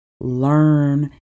learn